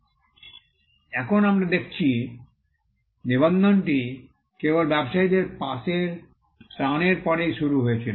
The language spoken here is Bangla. এখন আমরা দেখেছি নিবন্ধনটি কেবল ব্যবসায়ীদের পাসের ত্রাণের পরেই শুরু হয়েছিল